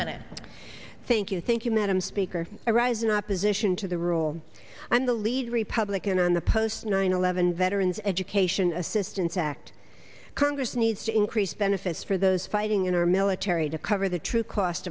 minute thank you thank you madam speaker a rising opposition to the rule and the lead republican on the post nine eleven veterans education assistance act congress needs to increase benefits for those fighting in our military to cover the true cost